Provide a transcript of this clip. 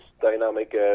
dynamic